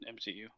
MCU